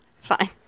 fine